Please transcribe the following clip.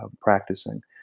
practicing